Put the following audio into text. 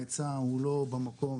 ההיצע הוא לא במקום,